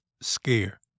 scare